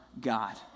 God